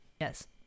Yes